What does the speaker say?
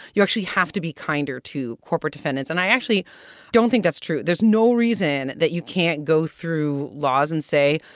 you actually have to be kinder to corporate defendants. and i actually don't think that's true. there's no reason that you can't go through laws and say,